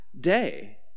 day